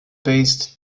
based